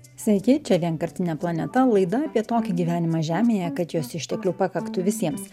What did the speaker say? sveiki čia vienkartinė planeta laida apie tokį gyvenimą žemėje kad jos išteklių pakaktų visiems